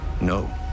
No